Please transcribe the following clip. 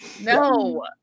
no